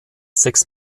sechs